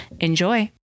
enjoy